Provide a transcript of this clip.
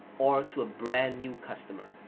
or to a brand new customer?